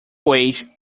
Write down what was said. wage